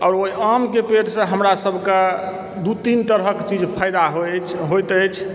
आओर ओहि आमकऽ पेड़सँ हमरा सभकऽ दू तीन तरहक चीज फायदा होयत अछि